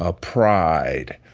ah pride,